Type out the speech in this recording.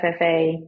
FFA